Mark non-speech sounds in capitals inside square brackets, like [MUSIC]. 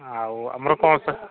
ଆଉ ଆମର [UNINTELLIGIBLE]